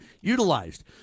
utilized